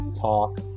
talk